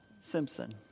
Simpson